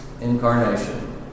Incarnation